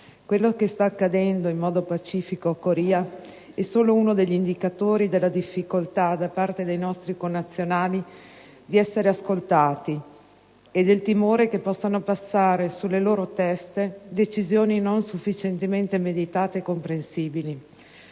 Quello che sta accadendo in modo pacifico a Coira, in Svizzera, è solo uno degli indicatori della difficoltà da parte dei nostri connazionali di essere ascoltati e del timore che possano passare sulle loro teste decisioni non sufficientemente meditate e comprensibili,